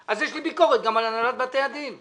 אז יש לי ביקורת גם על הנהלת בתי הדין.